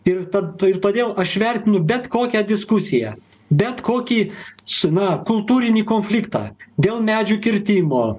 ir tad ir todėl aš vertinu bet kokią diskusiją bet kokį su na kultūrinį konfliktą dėl medžių kirtimo